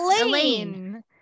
Elaine